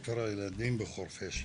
בעיקר הילדים בחורפיש,